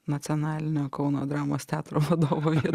nacionalinio kauno dramos teatro vadovai